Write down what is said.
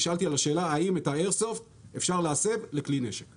נשאלתי האם את האיירסופט אפשר להסב לכלי נשק?